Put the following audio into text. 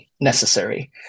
necessary